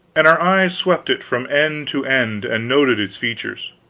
and our eyes swept it from end to end and noted its features.